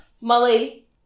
Molly